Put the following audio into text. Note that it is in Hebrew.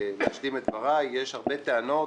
להשלים את דבריי, יש הרבה טענות.